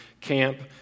camp